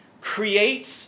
creates